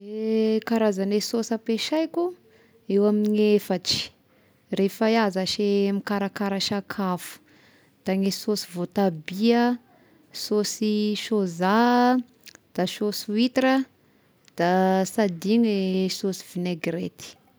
Karazagny sôsy ampiasaiko eo amign'ny efatry rehefa iaho zashy mikaraka sakafo, da ny sôsy voatabia, sôsy sôza, da sôsy witra, da sy adigno eh sôsy vinaigrety.